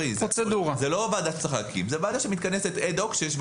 זה ועדה שמתכנסת אד הוק כשיש בקשות אצלם ואצלנו.